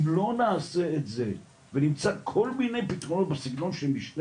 אם לא נעשה את זה ונמצא כל מיני פתרונות בסגנון שמשנה